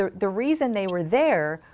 ah the reason they were there,